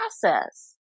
process